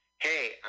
Hey